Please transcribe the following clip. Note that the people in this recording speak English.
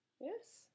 Yes